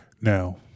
Now